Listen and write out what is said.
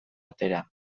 atera